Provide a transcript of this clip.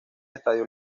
estadio